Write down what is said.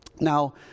Now